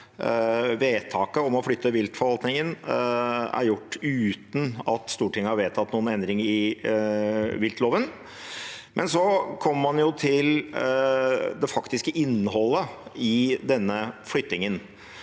vedtaket om å flytte viltforvaltningen er gjort uten at Stortinget har vedtatt noen endring i viltloven. Men så kommer man til det faktiske innholdet i denne flyttingen,